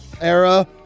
era